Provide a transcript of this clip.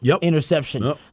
interception